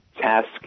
task